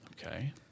Okay